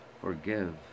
Forgive